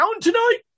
tonight